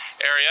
area